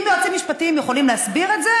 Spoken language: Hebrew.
אם יועצים משפטיים יכולים להסביר את זה,